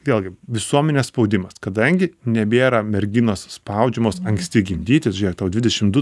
vėlgi visuomenės spaudimas kadangi nebėra merginos spaudžiamos anksti gimdyti žiek tau dvidešim du